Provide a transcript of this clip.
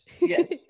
yes